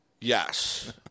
Yes